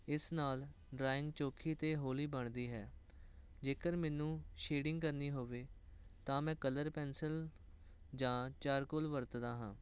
ਇਸ ਨਾਲ ਡਰਾਇੰਗ ਚੌਖੀ ਅਤੇ ਹੌਲੀ ਬਣਦੀ ਹੈ ਜੇਕਰ ਮੈਨੂੰ ਸ਼ੇਡਿੰਗ ਕਰਨੀ ਹੋਵੇ ਤਾਂ ਮੈਂ ਕਲਰ ਪੈਨਸਲ ਜਾਂ ਚਾਰਕੁੱਲ ਵਰਤਦਾ ਹਾਂ